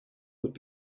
would